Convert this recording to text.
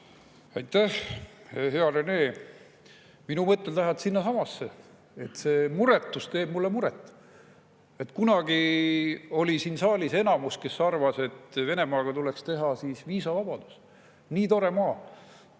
Aitäh, hea Rene! Minu mõtted lähevad sinnasamasse. See muretus teeb mulle muret. Kunagi oli siin saalis enamus, kes arvas, et Venemaaga tuleks teha viisavabadus, nii tore maa.